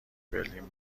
برلین